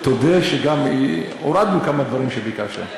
תודה שגם הורדנו כמה דברים שביקשתם,